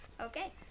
Okay